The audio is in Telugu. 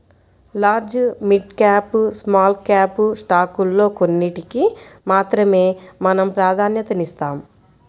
large, mid cap, small cap స్టాకుల్లో కొన్నిటికి మాత్రమే మనం ప్రాధన్యతనిస్తాం